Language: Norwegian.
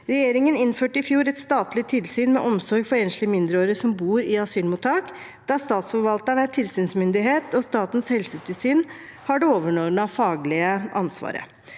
Regjeringen innførte i fjor et statlig tilsyn med omsorgen for enslige mindreårige som bor i asylmottak, der statsforvalteren er tilsynsmyndighet og Statens helsetilsyn har det overordnede faglige ansvaret.